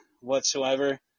whatsoever